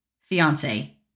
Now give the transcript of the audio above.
fiance